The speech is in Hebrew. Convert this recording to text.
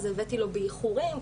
אז הבאתי לו באיחורים.